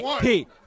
Pete